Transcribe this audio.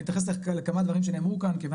אני אתייחס לכמה דברים שנאמרו כאן כיוון